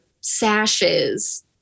sashes